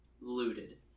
looted